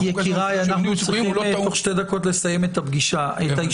אנחנו צריכים תוך שתי דקות לסיים את הישיבה,